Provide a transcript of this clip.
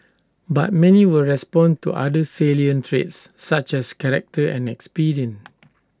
but many will respond to other salient traits such as character and experience